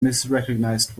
misrecognized